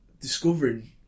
discovering